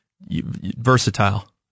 versatile